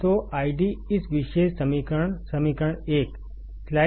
तो आईडी इस विशेष समीकरण समीकरण 1